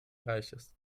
reichs